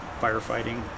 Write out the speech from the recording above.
firefighting